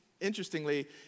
Interestingly